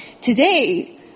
Today